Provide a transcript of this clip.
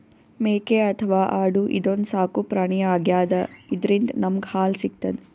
ಮೇಕೆ ಅಥವಾ ಆಡು ಇದೊಂದ್ ಸಾಕುಪ್ರಾಣಿ ಆಗ್ಯಾದ ಇದ್ರಿಂದ್ ನಮ್ಗ್ ಹಾಲ್ ಸಿಗ್ತದ್